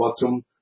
bottom